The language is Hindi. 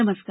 नमस्कार